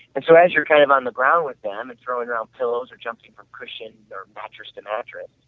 and so as you're kind of on the ground with them and throwing um pillows or jumping on cushion or mattress to and ah mattress,